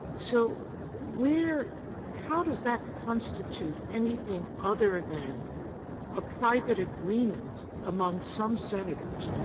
so where how does that constitute anything other than a private agreement among some senators,